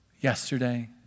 yesterday